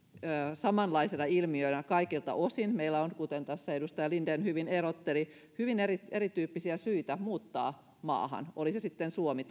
samanlaisena ilmiönä kaikilta osin meillä on kuten tässä edustaja linden hyvin erotteli hyvin erityyppisiä syitä muuttaa maahan oli se sitten suomi